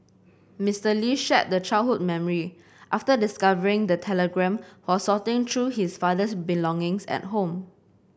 Mister Lee shared the childhood memory after discovering the telegram while sorting through his father's belongings at home